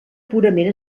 purament